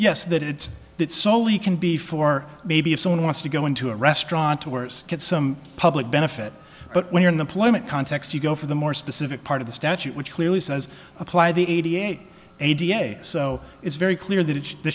yes that it's that so he can be for maybe if someone wants to go into a restaurant or worse get some public benefit but when you're in the plymouth context you go for the more specific part of the statute which clearly says apply the eighty eight eighty eight so it's very clear that